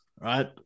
right